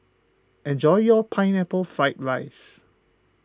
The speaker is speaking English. enjoy your Pineapple Fried Rice